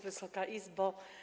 Wysoka Izbo!